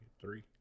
three